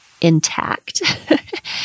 intact